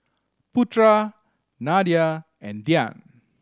Putera Nadia and Dian